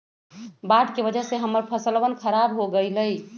बाढ़ के वजह से हम्मर फसलवन खराब हो गई लय